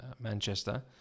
Manchester